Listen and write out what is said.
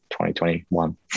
2021